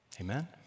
Amen